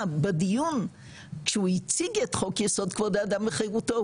בדיון כשהוא הציג את חוק יסוד כבוד האדם וחירותו,